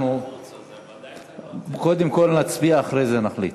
בוודאי צריך ועדת החוץ, ועדת החינוך.